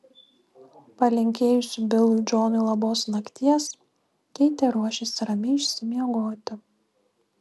palinkėjusi bilui džonui labos nakties keitė ruošėsi ramiai išsimiegoti